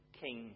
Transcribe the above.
king